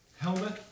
Helmet